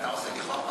אתה עושה לי חור בראש.